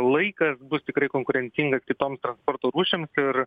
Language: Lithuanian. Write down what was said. laikas bus tikrai konkurencingas kitoms transporto rūšims ir